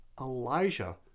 Elijah